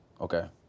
Okay